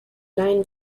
nine